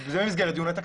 זה במסגרת דיוני תקציב,